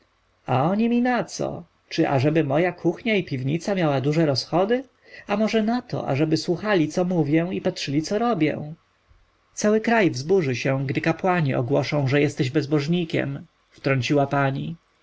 a oni mi naco czy ażeby moja kuchnia i piwnica miały duże rozchody czy może nato ażeby słuchali co mówię i patrzyli co robię cały kraj wzburzy się gdy kapłani ogłoszą że jesteś bezbożnikiem wtrąciła pani